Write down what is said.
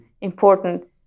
important